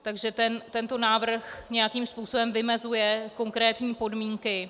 Takže tento návrh nějakým způsobem vymezuje konkrétní podmínky.